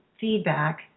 feedback